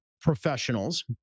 professionals